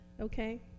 okay